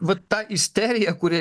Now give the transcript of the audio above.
vat ta isterija kuri